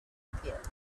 appeared